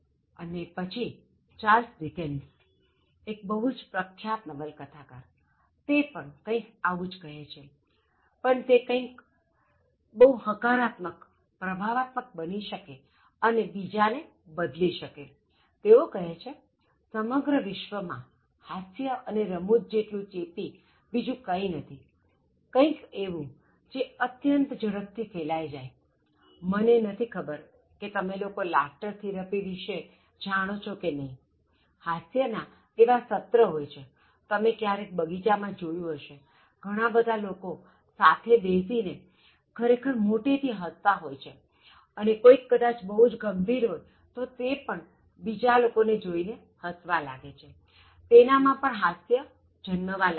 અને પછી ચાર્લ્સ ડિકેન્સએક બહુ જ પ્રખ્યાત નવલકથાકાર તે પણ કંઇક એવું જ કહે છેપણ તે કઈ રીતે બહુ હકારાત્મકપણે પ્રભાવક બની શકે અને બીજા ને બદલી શકે તેઓ કહે છેસમગ્ર વિશ્વ માં હાસ્ય અને રમૂજ જેટલું ચેપી બીજું કંઇ નથીકંઇક એવું જે અત્યંત ઝડપથી ફેલાઇ જાયમને નથી ખબર કે તમે લોકો લાફ્ટર થેરપી વિશે જાણો છો કે નહિ હાસ્યના એવા સત્ર હોય છે તમે ક્યારેક બગીચા માં જોયું હશેઘણાં બધા લોકો સાથે બેસીને ખરેખર મોટેથી હસતા હોય છેઅને કોઇ એક કદાચ બહુ ગંભીર હોય તો તે પણ બીજા લોકોને જોઇને હસવા લાગે છે તેનામાં પણ હાસ્ય જન્મવા લાગે છે